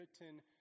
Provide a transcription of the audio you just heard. written